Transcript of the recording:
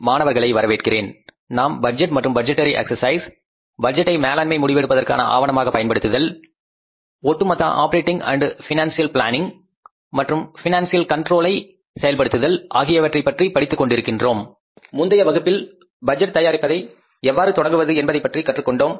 மாணவர்களை வரவேற்கிறேன் நாம் பட்ஜெட் மற்றும் பட்ஜெட்டரி எஸ்ர்க்சைஸ் பட்ஜெட்டை மேலாண்மை முடிவு எடுப்பதற்கான ஆவணமாக பயன்படுத்துதல் ஒட்டுமொத்த ஆப்பரேட்டிங் அண்ட் பைனான்சியல் பிளானிங் மற்றும் ஃபைனான்ஷியல் கண்ட்ரோல் செயல்படுத்துதல் ஆகியவற்றைப் பற்றி படித்துக் கொண்டிருக்கின்றோம் முந்தைய வகுப்பில் பட்ஜெட் தயாரிப்பதை எவ்வாறு தொடங்குவது என்பதை பற்றி கற்றுக்கொண்டோம்